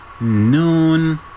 Noon